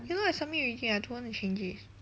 okay lor I submit already I don't want to change it